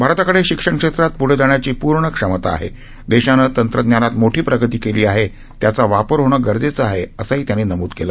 भारताकडे शिक्षण क्षेत्रात प्ढे जाण्याची पूर्ण क्षमता आहे देशानं तंत्रज्ञानात मोठी प्रगती केली आहे त्याचा वापर होणं गरजेचं आहे असंही त्यांनी नमूद केलं